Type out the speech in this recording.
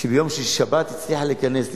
שביום שישי-שבת הצליחה להיכנס לישראל.